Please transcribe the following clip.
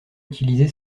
utilisé